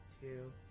two